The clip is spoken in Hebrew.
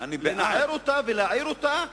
לנער אותה ולהעיר אותה,